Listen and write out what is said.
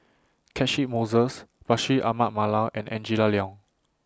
Catchick Moses Bashir Ahmad Mallal and Angela Liong